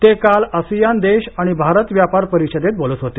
ते काल आसियान देश आणि भारत व्यापार परिषदेत बोलत होते